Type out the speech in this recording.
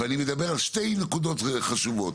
ואני מדבר על שתי נקודות חשובות,